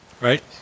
right